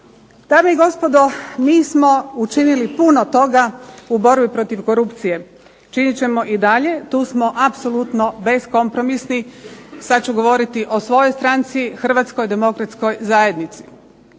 Dame i gospodo, mi smo učinili puno toga u borbi protiv korupcije, činit ćemo i dalje. Tu smo apsolutno beskompromisni. Sad ću govoriti o svojoj stranci, Hrvatskoj demokratskoj zajednici.